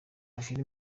hashira